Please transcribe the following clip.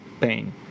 pain